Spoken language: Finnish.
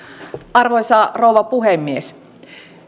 arvoisa rouva puhemies